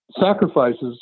sacrifices